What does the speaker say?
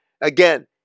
Again